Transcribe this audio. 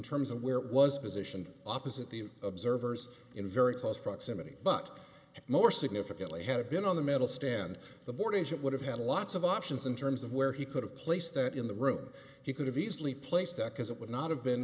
terms of where it was positioned opposite the observers in very close proximity but more significantly had been on the medal stand the boardings it would have had lots of options in terms of where he could have placed that in the room he could have easily placed deck as it would not have been